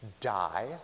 die